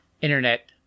internet